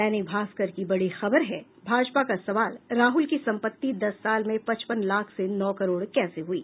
दैनिक भास्कर की बड़ी खबर है भाजपा का सवाल राहुल की सम्पत्ति दस साल में पचपन लाख से नौ करोड़ कैसे हुई